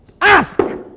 Ask